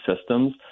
systems